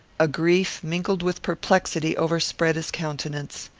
a grief, mingled with perplexity, overspread his countenance.